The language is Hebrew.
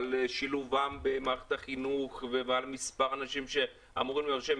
-- על שילובם במערכת החינוך ועל מספר אנשים שאמורים להיות שם.